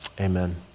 amen